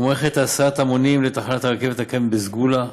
ומערכת הסעת המונים לתחנת הרכבת בסגולה,